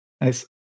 Nice